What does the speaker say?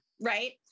right